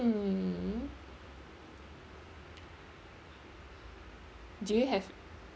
~(mm) do you have